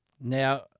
Now